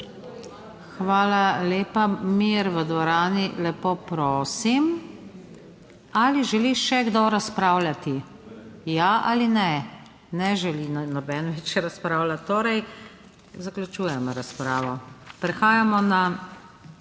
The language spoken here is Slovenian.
dvorani/ Mir v dvorani, lepo prosim. Ali želi še kdo razpravljati? Ja ali ne? Ne želi noben več razpravljati, torej zaključujem razpravo. Prehajamo na